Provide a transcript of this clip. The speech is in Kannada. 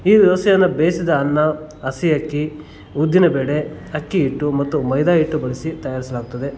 ಈ ದೋಸೆಯನ್ನು ಬೇಯಿಸಿದ ಅನ್ನ ಹಸಿ ಅಕ್ಕಿ ಉದ್ದಿನ ಬೇಳೆ ಅಕ್ಕಿ ಹಿಟ್ಟು ಮತ್ತು ಮೈದಾ ಹಿಟ್ಟು ಬಳಸಿ ತಯಾರಿಸಲಾಗ್ತದೆ